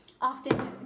often